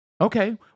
Okay